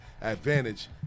advantage